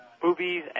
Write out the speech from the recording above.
boobies